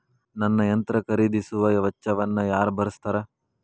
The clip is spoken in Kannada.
ನನ್ನ ಯಂತ್ರ ಖರೇದಿಸುವ ವೆಚ್ಚವನ್ನು ಯಾರ ಭರ್ಸತಾರ್?